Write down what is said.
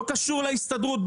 לא קשור להסתדרות,